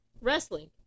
wrestling